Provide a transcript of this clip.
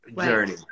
journey